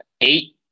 Eight